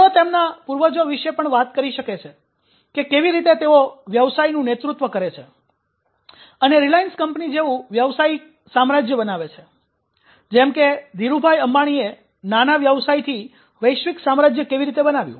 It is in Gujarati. તેઓ તેમના પૂર્વજો વિશે પણ વાત કરી શકે છે કે કેવી રીતે તેઓ વ્યવ્સાયનું નેતૃત્વ કરે છે અને રિલાયન્સ કંપની જેવુ વ્યવ્સાય સામ્રાજ્ય બનાવે છે જેમ કે ધીરુભાઇ અંબાણીએ નાના વ્યવસાયથી વૈશ્વિક સામ્રાજ્ય કેવી રીતે બનાવ્યું